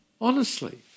Honestly